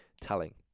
telling